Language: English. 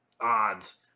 odds